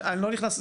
אני לא נכנס,